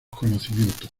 conocimientos